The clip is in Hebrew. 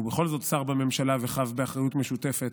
הוא בכל זאת שר בממשלה, וחב באחריות משותפת